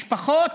משפחות